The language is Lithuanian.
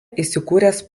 įsikūręs